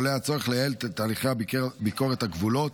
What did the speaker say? עולה הצורך לייעל את תהליכי ביקורת הגבולות